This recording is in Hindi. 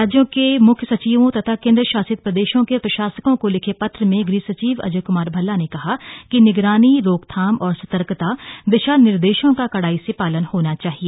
राज्यों के मुख्य सचिवों तथा केन्द्र शासित प्रदेशों के प्रशासकों को लिखे पत्र में गृह सचिव अजय क्मार भल्ला ने कहा है कि निगरानी रोकथाम और सतर्कता दिशा निर्देशों का कड़ाई से पालन होना चाहिए